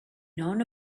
known